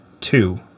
two